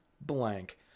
blank